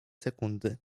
sekundy